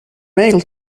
mail